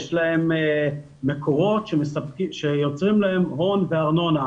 יש להן מקורות שיוצרים להן הון וארנונה.